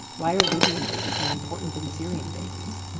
why are libyan babies more important than syrian babies?